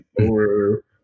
over